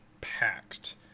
packed